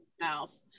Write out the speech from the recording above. mouth